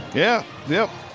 yeah, yeah.